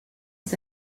has